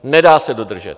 Nedá se dodržet.